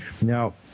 Now